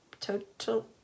total